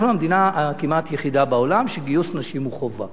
אנחנו המדינה הכמעט-יחידה בעולם שגיוס נשים בה הוא חובה.